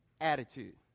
Attitude